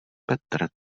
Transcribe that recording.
petr